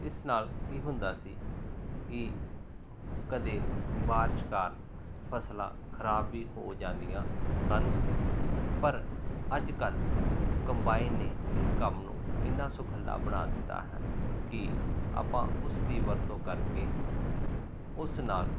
ਇਸ ਨਾਲ ਕੀ ਹੁੰਦਾ ਸੀ ਕਿ ਕਦੇ ਬਾਰਿਸ਼ ਕਾਰਨ ਫਸਲਾਂ ਖਰਾਬ ਵੀ ਹੋ ਜਾਂਦੀਆਂ ਸਨ ਪਰ ਅੱਜ ਕੱਲ ਕੰਬਾਈਨ ਨੇ ਇਸ ਕੰਮ ਨੂੰ ਇੰਨਾ ਸੁਖਾਲਾ ਬਣਾ ਦਿੱਤਾ ਹੈ ਕਿ ਆਪਾਂ ਉਸ ਦੀ ਵਰਤੋਂ ਕਰਕੇ ਉਸ ਨਾਲ